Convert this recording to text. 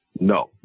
No